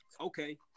okay